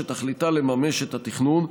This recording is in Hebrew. שתכליתה לממש את התכנון.